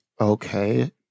Okay